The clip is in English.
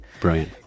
Brilliant